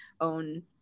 own